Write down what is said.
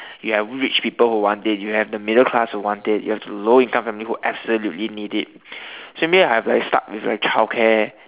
you have rich people who want it you have the middle class who want it you have the low income family who absolutely need it so maybe I'll probably start with the childcare